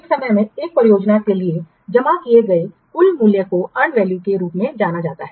एक समय में एक परियोजना के लिए जमा किए गए कुल मूल्य को अर्न वैल्यू के रूप में जाना जाता है